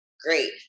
great